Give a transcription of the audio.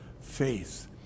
faith